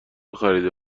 خریده